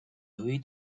由于